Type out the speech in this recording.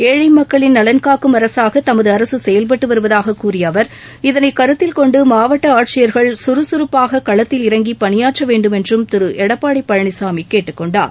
ஏழை மக்களின் நலன் காக்கும் அரசாக தமது அரசு செயல்பட்டு வருவதாகக் கூறிய அவர் இதனைக் கருத்தில் கொண்டு மாவட்ட ஆட்சியர்கள் கறுகறுப்பாக களத்தில் இறங்கி பணியாற்ற வேண்டுமென்றும் திரு எடப்பாடி பழனிசாமி கேட்டுக் கொண்டார்